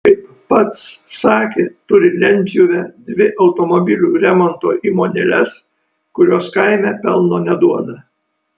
kaip pats sakė turi lentpjūvę dvi automobilių remonto įmonėles kurios kaime pelno neduoda